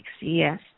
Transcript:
yes